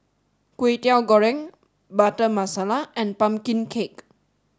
Kway Teow Goreng Butter Masala and Pumpkin Cake